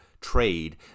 trade